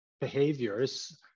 behaviors